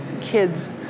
kids